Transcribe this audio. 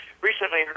Recently